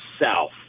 south